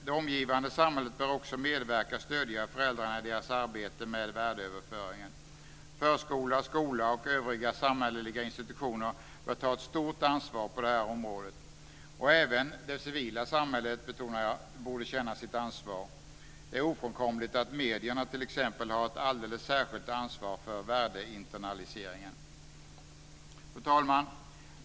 Det omgivande samhället bör också medverka och stödja föräldrarna i deras arbete med värdeöverföringen. Förskola, skola och övriga samhälleliga institutioner bör ta ett stort ansvar på det området. Jag betonar att även det civila samhället borde känna sitt ansvar. Det är ofrånkomligt att medierna t.ex. har ett alldeles särskilt ansvar för värdeinternaliseringen. Fru talman!